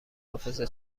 حافظه